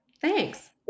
Thanks